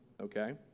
okay